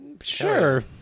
Sure